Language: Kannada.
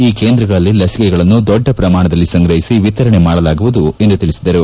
ಈ ಕೇಂದ್ರಗಳಲ್ಲಿ ಲಸಿಕೆಗಳನ್ನು ದೊಡ್ಡ ಪ್ರಮಾಣದಲ್ಲಿ ಸಂಗ್ರಹಿಸಿ ವಿತರಣೆ ಮಾಡಲಾಗುವುದು ಎಂದು ತಿಳಿಸಿದರು